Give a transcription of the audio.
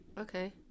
Okay